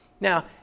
Now